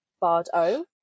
Bard-O